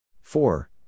four